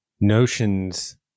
notions –